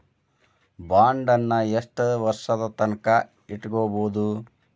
ಬಾಂಡನ್ನ ಯೆಷ್ಟ್ ವರ್ಷದ್ ತನ್ಕಾ ಇಡ್ಬೊದು?